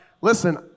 listen